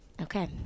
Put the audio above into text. Okay